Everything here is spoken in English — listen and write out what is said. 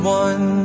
one